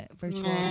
virtual